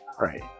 Right